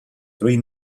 three